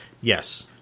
Yes